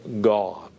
God